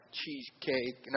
cheesecake